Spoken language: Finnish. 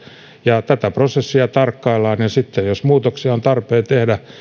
ja tätä prosessia tarkkaillaan ja sitten jos muutoksia on tarpeen tehdä